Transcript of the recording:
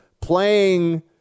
playing